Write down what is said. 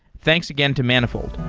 thanks again to manifold.